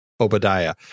Obadiah